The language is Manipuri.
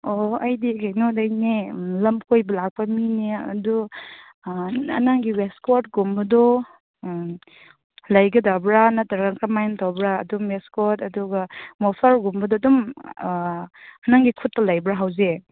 ꯑꯣ ꯑꯩꯗꯤ ꯀꯩꯅꯣꯗꯩꯅꯦ ꯂꯝ ꯀꯣꯏꯕ ꯂꯥꯛꯄ ꯃꯤꯅꯦ ꯑꯗꯨ ꯅꯪꯒꯤ ꯋꯦꯁ ꯀꯣꯠꯀꯨꯝꯕꯗꯣ ꯂꯩꯒꯗꯕ꯭ꯔꯥ ꯅꯠꯇ꯭ꯔꯒ ꯀꯃꯥꯏ ꯇꯧꯕ꯭ꯔꯥ ꯑꯗꯨꯝ ꯋꯦꯁ ꯀꯣꯠ ꯑꯗꯨꯒ ꯃꯣꯐ꯭ꯂꯥꯔꯒꯨꯝꯕꯗꯣ ꯑꯗꯨꯝ ꯅꯪꯒꯤ ꯈꯨꯠꯇ ꯂꯩꯕ꯭ꯔꯥ ꯍꯧꯖꯤꯛ